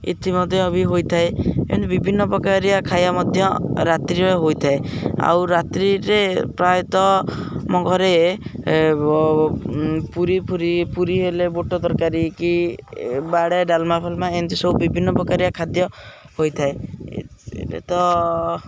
ଏଥି ମଧ୍ୟ ବି ହୋଇଥାଏ ଏମିତି ବିଭିନ୍ନ ପ୍ରକାରିଆ ଖାଇବା ମଧ୍ୟ ରାତ୍ରିରେ ହୋଇଥାଏ ଆଉ ରାତ୍ରିରେ ପ୍ରାୟତଃ ଆମ ଘରେ ପୁରୀ ଫୁରି ପୁରୀ ହେଲେ ବୋଟ ତରକାରୀ କି ବାଡ଼ିଆ ଡାଲମା ଫାଲ୍ମା ଏମିତି ସବୁ ବିଭିନ୍ନ ପ୍ରକାରିଆ ଖାଦ୍ୟ ହୋଇଥାଏ ଏଇଟା ତ